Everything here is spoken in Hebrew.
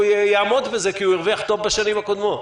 יעמוד בזה כי הוא הרוויח טוב בשנים הקודמות?